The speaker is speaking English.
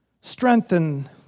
Strengthen